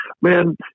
man